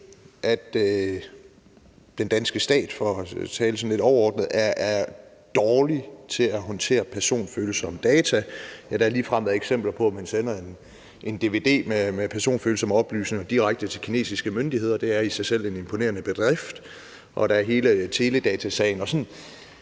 at den danske stat, for nu at tale sådan lidt overordnet, er dårlig til at håndtere personfølsomme data. Ja, der har ligefrem været eksempler på, at man sender en dvd med personfølsomme oplysninger direkte til kinesiske myndigheder – det er i sig selv en imponerende bedrift – og der er hele teledatasagen. Min